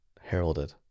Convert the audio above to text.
heralded